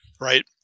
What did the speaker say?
right